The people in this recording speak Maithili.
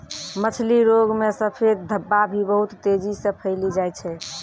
मछली रोग मे सफेद धब्बा भी बहुत तेजी से फैली जाय छै